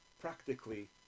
practically